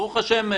ברוך השם,